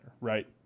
right